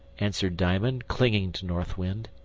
answered diamond, clinging to north wind.